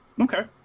okay